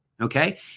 okay